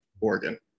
oregon